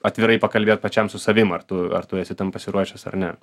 atvirai pakalbėt pačiam su savim ar tu ar tu esi tam pasiruošęs ar ne